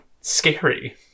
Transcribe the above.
scary